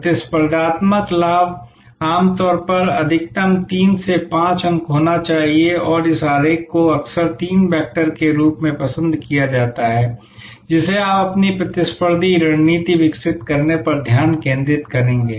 प्रतिस्पर्धात्मक लाभ आम तौर पर अधिकतम तीन से पांच अंक होना चाहिए और इस आरेख को अक्सर तीन वैक्टर के रूप में पसंद किया जाता है जिसे आप अपनी प्रतिस्पर्धी रणनीति विकसित करने पर ध्यान केंद्रित करेंगे